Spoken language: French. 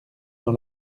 dans